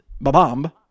Ba-bomb